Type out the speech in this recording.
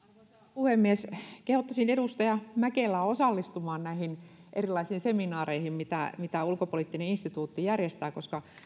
puhemies kehottaisin edustaja mäkelää osallistumaan näihin erilaisiin seminaareihin mitä mitä ulkopoliittinen instituutti järjestää koska